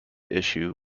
issue